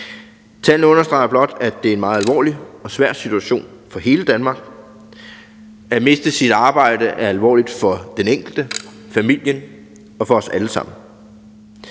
Tallene understreger blot, at det er en meget alvorlig og svær situation for hele Danmark. At miste sit arbejde er alvorligt for den enkelte, for familien og for os alle sammen.